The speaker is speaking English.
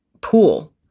pool